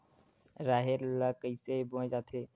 राहेर ल कइसे बोय जाथे?